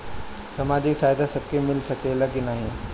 सामाजिक सहायता सबके मिल सकेला की नाहीं?